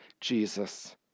Jesus